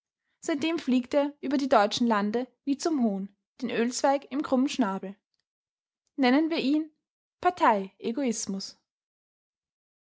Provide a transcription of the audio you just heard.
seitdem fliegt er über die deutschen lande wie zum hohn den ölzweig im krummen schnabel nennen wir ihn